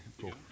cool